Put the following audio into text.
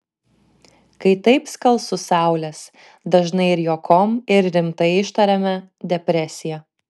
kai taip skalsu saulės dažnai ir juokom ir rimtai ištariame depresija